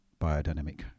biodynamic